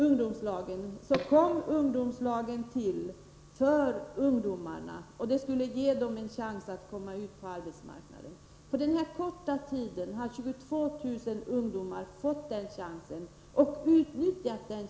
Ungdomslagen kom till för att ungdomarna skulle få en chans att komma ut på arbetsmarknaden. Under den korta tid lagen varit i kraft har 22000 ungdomar fått en sådan chans och utnyttjat den.